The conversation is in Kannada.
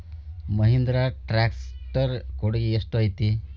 ಮಹಿಂದ್ರಾ ಟ್ಯಾಕ್ಟ್ ರ್ ಕೊಡುಗೆ ಎಷ್ಟು ಐತಿ?